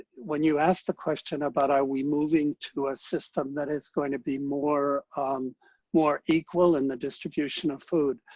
when you asked the question about are we moving to a system that is going to be more um more equal in the distribution of food,